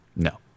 No